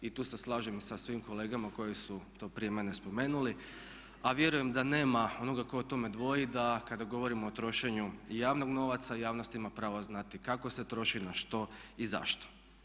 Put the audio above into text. I tu se slažem i sa svim kolegama koje su to prije mene spomenuli a vjerujem da nema onoga tko o tome dvoji da kada govorimo o trošenju javnog novaca javnost ima pravo znati kako se troši, na što i zašto.